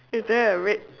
is there a red